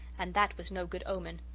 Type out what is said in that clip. and that was no good omen.